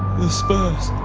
who's first?